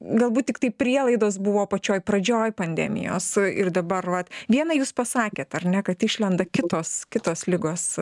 galbūt tiktai prielaidos buvo pačioj pradžioj pandemijos ir dabar vat vieną jūs pasakėt ar ne kad išlenda kitos kitos ligos